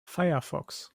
firefox